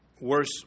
Worse